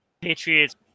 Patriots